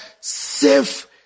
safe